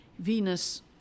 Venus